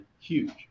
huge